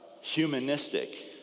humanistic